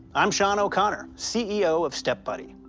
i'm sean o'connor, ceo of step buddy.